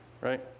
right